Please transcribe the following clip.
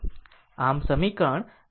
આમ સમીકરણ Im sinθ છે